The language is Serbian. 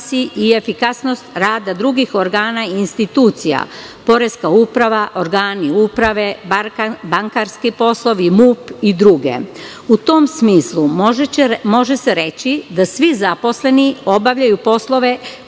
i efikasnost rada drugih organa i institucija, poreska uprava, organi uprave, bankarski poslovi, MUP i druge.U tom smislu može se reći da svi zaposleni obavljaju poslove